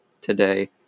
today